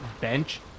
bench